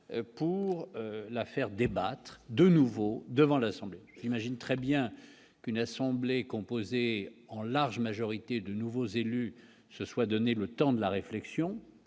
pour la faire débattre de nouveau devant l'Assemblée, imagine très bien qu'une assemblée composée en large majorité de nouveaux élus se soit donné le temps de la réflexion